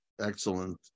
Excellent